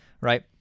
right